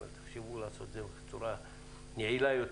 אם כן, כדאי שזה ייעשה בצורה יעילה יותר.